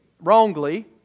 Wrongly